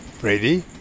Brady